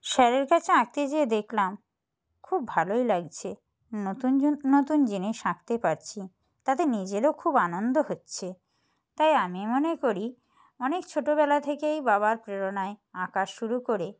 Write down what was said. স্যারের কাছে আঁকতে যেয়ে দেখলাম খুব ভালোই লাগছে নতুন জন নতুন জিনিস আকঁতে পারছি তাতে নিজেরও খুব আনন্দ হচ্ছে তাই আমি মনে করি অনেক ছোটোবেলা থেকেই বাবার প্রেরণায় আঁকা শুরু করে